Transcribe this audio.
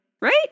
right